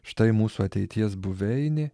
štai mūsų ateities buveinė